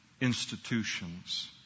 institutions